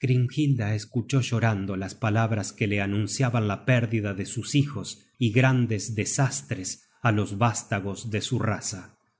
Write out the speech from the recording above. grimhilda escuchó llorando las palabras que la anunciaban la pérdida de sus hijos y grandes desastres á los vástagos de su raza